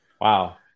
Wow